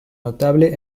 notable